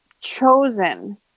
chosen